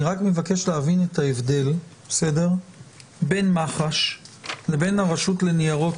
אני רק מבקש להבין את ההבדל בין מח"ש לבין הרשות לניירות